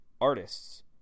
artists